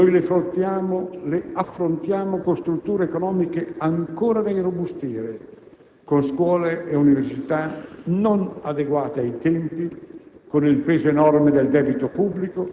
sono difficoltà che noi affrontiamo con strutture economiche ancora da irrobustire, con scuole e università non adeguate ai tempi,